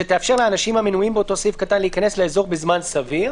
"שתאפשר לאנשים המנויים באותו סעיף קטן להיכנס לאזור" ב"זמן סביר".